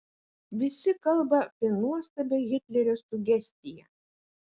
visi kalba apie nuostabią hitlerio sugestiją